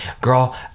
Girl